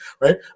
Right